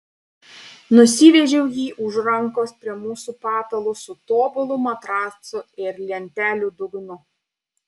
nusivedžiau jį už rankos prie mūsų patalo su tobulu matracu ir lentelių dugnu